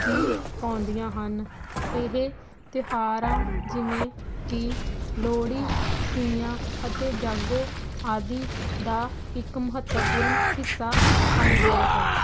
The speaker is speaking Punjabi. ਵੀ ਪਾਉਂਦੀਆਂ ਹਨ ਇਹ ਤਿਉਹਾਰਾਂ ਜਿਵੇਂ ਕਿ ਲੋਹੜੀ ਤੀਆਂ ਅਤੇ ਜਾਗੋ ਆਦਿ ਦਾ ਇੱਕ ਮਹੱਤਵਪੂਰਨ ਹਿੱਸਾ ਬਣ ਗਿਆ ਹੈ